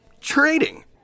Trading